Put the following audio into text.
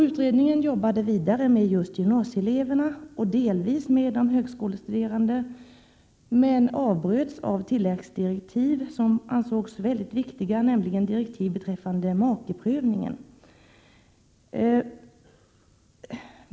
Utredningen arbetade vidare med just gymnasieeleverna, och delvis med de högskolestuderande, men avbröts genom tilläggsdirektiv som ansågs vara mycket viktiga, nämligen direktiv beträffande makeprövningen.